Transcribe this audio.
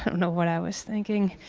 um know what i was thinking.